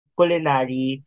culinary